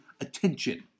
attention